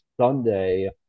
Sunday